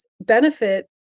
benefit